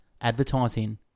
advertising